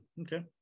Okay